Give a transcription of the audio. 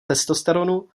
testosteronu